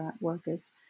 workers